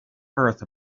earth